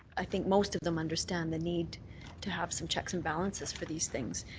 i think most of them understand the need to have some checks and balances for these things.